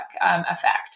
effect